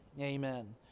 Amen